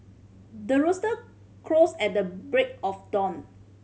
the rooster crows at the break of dawn